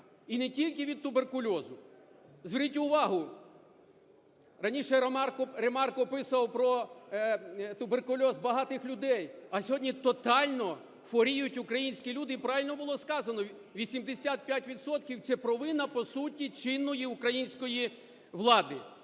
і не тільки від туберкульозу. Зверніть увагу, раніше Ремарк описував про туберкульоз багатих людей, а сьогодні тотально хворіють українські люди. І правильно було сказано, 85 відсотків – це провина, по суті, чинної української влади.